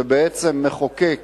שבעצם מחוקק